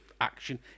action